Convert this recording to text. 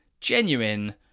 genuine